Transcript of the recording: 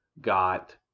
got